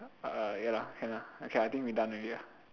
uh ya lah can ah okay I think we done ready lah